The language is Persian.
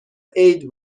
عید